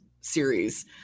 series